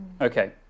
okay